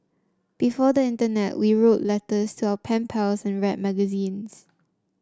before the internet we wrote letters to our pen pals and read magazines